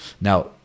Now